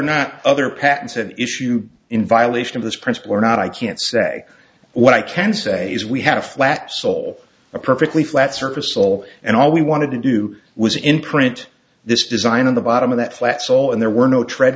not other patents an issue in violation of this principle or not i can't say what i can say is we had a flat sole a perfectly flat surface all and all we wanted to do was in print this design on the bottom of that flat saw and there were no tread